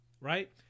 right